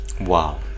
Wow